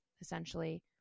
essentially